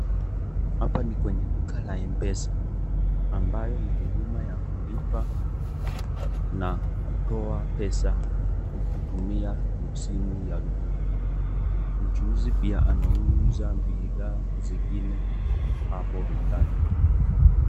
Hapa ni kwenye duka la mpesa ambayo ni huduma ya kulipa na kutoa pesa ukitumia simu ya rununu mchuuzi pia anauza bidhaa zingine hapo dukani.